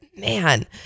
man